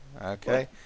Okay